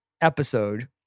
episode